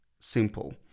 simple